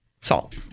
salt